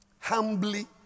Humbly